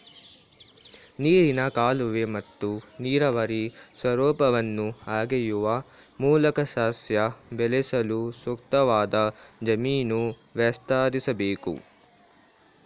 ನೀರಿನ ಕಾಲುವೆ ಮತ್ತು ನೀರಾವರಿ ಸ್ವರೂಪವನ್ನು ಅಗೆಯುವ ಮೂಲಕ ಸಸ್ಯ ಬೆಳೆಸಲು ಸೂಕ್ತವಾದ ಜಮೀನು ವಿಸ್ತರಿಸ್ಬೇಕು